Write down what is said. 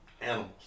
animals